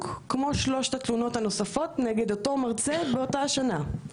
כמו שלוש התלונות הנוספות נגד אותו מרצה באותה שנה.